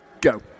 go